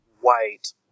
white